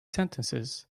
sentences